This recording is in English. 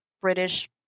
British